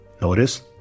Notice